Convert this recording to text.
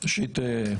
ראשית,